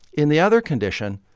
in the other condition,